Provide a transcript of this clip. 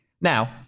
Now